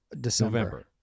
December